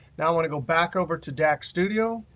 now i want to go back over to dax studio,